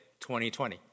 2020